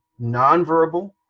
nonverbal